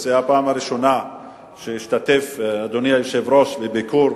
זו הפעם הראשונה שהשתתף אדוני היושב-ראש בביקור,